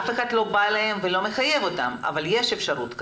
אף אחד לא מחייב אותן אבל יש אפשרות כזאת,